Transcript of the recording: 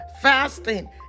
fasting